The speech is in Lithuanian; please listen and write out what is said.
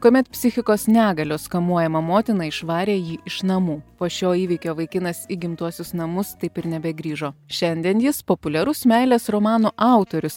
kuomet psichikos negalios kamuojama motina išvarė jį iš namų po šio įvykio vaikinas į gimtuosius namus taip ir nebegrįžo šiandien jis populiarus meilės romanų autorius